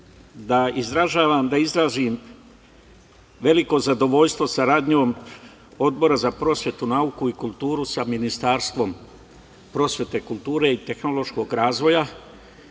na početku da izrazim veliko zadovoljstvo saradnjom Odbora za prosvetu, nauku i kulturu sa Ministarstvom prosvete, kulture i tehnološkog razvoja,